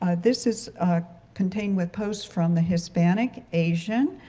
ah this is contained with posts from the hispanic, asian,